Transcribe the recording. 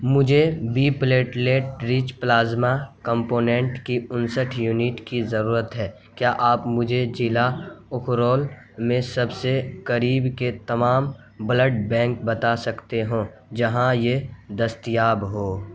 مجھے وی platelet rich plasma component کی انسٹھ یونٹ کی ضرورت ہے کیا آپ مجھے ضلع اخرول میں سب سے قریب کے تمام بلڈ بینک بتا سکتے ہو جہاں یہ دستیاب ہو